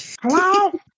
Hello